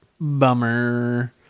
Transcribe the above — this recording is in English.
Bummer